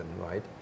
right